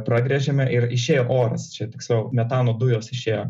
pragręžėme ir išėjo oras čia tiksliau metano dujos išėjo